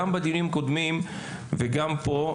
לא בדיונים קודמים ולא פה,